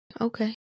Okay